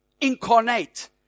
incarnate